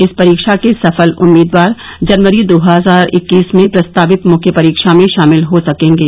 इस परीक्षा के सफल उम्मीदवार जनवरी दो हजार इक्कीस में प्रस्तावित मुख्य परीक्षा में शामिल हो सकेंगे